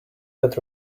got